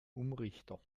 umrichter